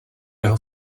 jeho